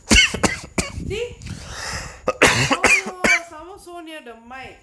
see oh you someone so near the microphone